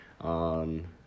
On